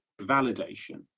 validation